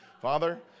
Father